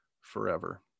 forever